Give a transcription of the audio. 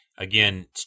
Again